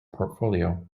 portfolio